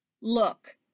Look